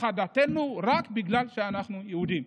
הכחדתנו רק בגלל שאנחנו יהודים.